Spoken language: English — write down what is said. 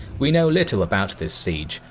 we know little about this siege,